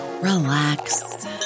relax